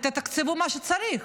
ותקצבו את מה שצריך.